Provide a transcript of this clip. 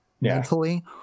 mentally